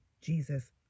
Jesus